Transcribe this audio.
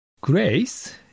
Grace